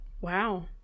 Wow